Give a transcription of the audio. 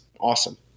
awesome